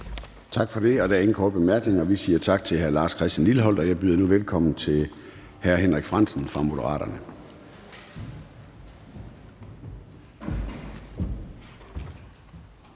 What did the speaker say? Tak for det. Der er ingen korte bemærkninger. Vi siger tak til hr. Lars Christian Lilleholt, og jeg byder nu velkommen til hr. Henrik Frandsen fra Moderaterne.